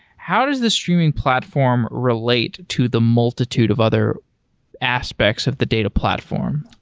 how does the streaming platform relate to the multitude of other aspects of the data platform?